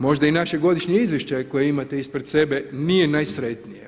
Možda i naše godišnje izvješće koje imate ispred sebe nije najsretnije.